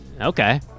Okay